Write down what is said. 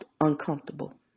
uncomfortable